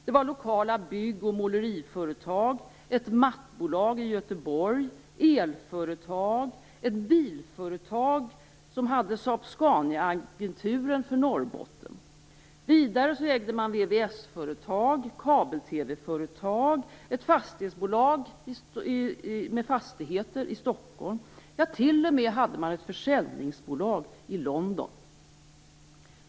Det var lokala bygg och måleriföretag, ett mattbolag i Göteborg, elföretag och ett bilföretag som hade Saab-Scaniaagenturen för Norrbotten. Vidare ägde man VVS företag, kabel-TV-företag och ett fastighetsbolag med fastigheter i Stockholm. Man hade t.o.m. ett försäljningsbolag i London.